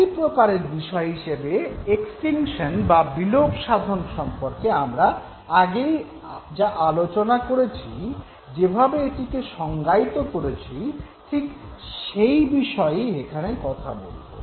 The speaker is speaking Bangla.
একই প্রকারের বিষয় হিসেবে এক্সটিংকশন বা বিলোপসাধন সম্পর্কে আমরা আগেই যা আলোচনা করেছি যেভাবে এটিকে সংজ্ঞায়িত করেছি ঠিক সেই বিষ্যেই এখানে কথা বলব